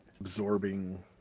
Absorbing